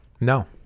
No